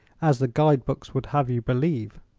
as the guide books would have you believe.